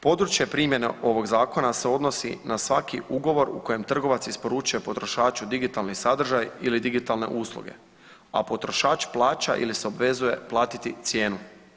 Područje primjene ovog zakona se odnosi na svaki ugovor u kojem trgovac isporučuje potrošaču digitalni sadržaj ili digitalne usluge, a potrošač plaća ili se obvezuje platiti cijenu.